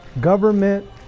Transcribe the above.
government